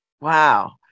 Wow